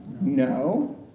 No